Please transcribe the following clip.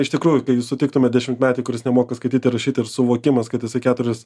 iš tikrųjų kai jūs sutiktumėt dešimtmetį kuris nemoka skaityt ir rašyt ir suvokimas kad jis keturis